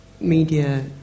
media